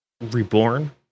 reborn